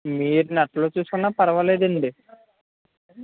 మీరు నెట్లో చూసుకున్న పర్వాలేదండి